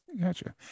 Gotcha